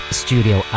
studio